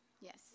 yes